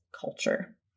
culture